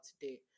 today